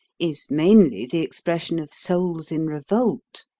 is mainly the expression of souls in revolt.